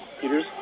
Peters